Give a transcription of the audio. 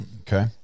Okay